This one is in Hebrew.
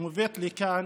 שמובאת לכאן